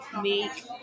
make